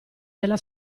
della